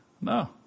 No